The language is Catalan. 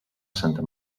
santa